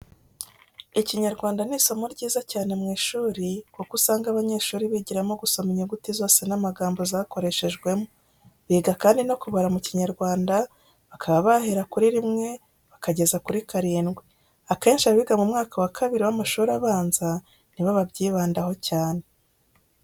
Ikinyarwanda ni isomo ryiza cyane mu ishuri ,kuko usanga abanyeshuri bigiramo gusoma inyuguti zose n'amagambo zakoreshejwemo. Biga kandi no kubara mu kinyarwanda bakaba bahera kuri rimwe bakageza kuri karindwi. Akenshi abiga mu mwaka wa kabiri w'amashuri abanza ni bo babyibandaho cyane,